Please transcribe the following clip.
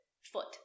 foot